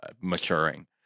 maturing